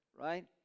right